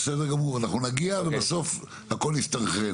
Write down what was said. בסדר גמור, אנחנו נגיע ובסוף הכול יסתנכרן.